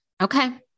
Okay